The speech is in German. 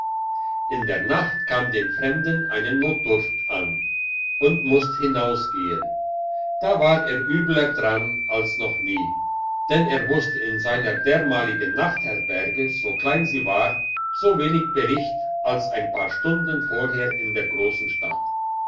in der nacht kam den fremden eine notdurft an und musst hinausgehen da war er übler dran als noch nie denn er wusste in seiner dermaligen nachtherberge so klein sie war so wenig bericht als ein paar stunden vorher in der grossen stadt